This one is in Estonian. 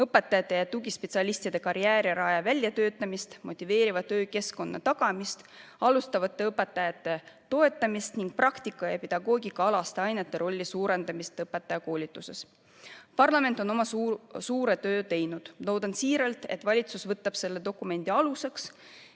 õpetajate ja tugispetsialistide karjääriraja väljatöötamist, motiveeriva töökeskkonna tagamist, alustavate õpetajate toetamist ning praktika ja pedagoogikaalaste ainete rolli suurendamist õpetajakoolituses. Parlament on oma suure töö teinud. Loodan siiralt, et valitsus võtab selle dokumendi aluseks.